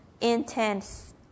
intense